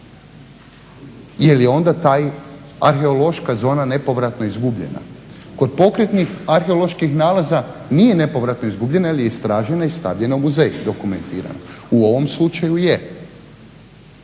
jer je onda ta arheološka zona nepovratno izgubljena. Kod pokretnih arheoloških nalaza nije nepovratno izgubljena jer je istražena i stavljena u muzej, dokumentirana. U ovom slučaju je.